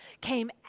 came